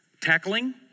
tackling